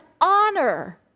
honor